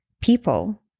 people